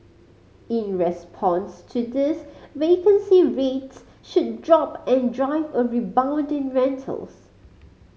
in response to this vacancy rates should drop and drive a rebound in rentals